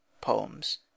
Poems